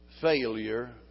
failure